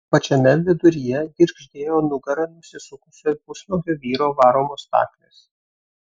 pačiame viduryje girgždėjo nugara nusisukusio pusnuogio vyro varomos staklės